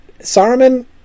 Saruman